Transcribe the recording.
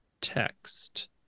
text